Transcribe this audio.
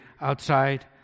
outside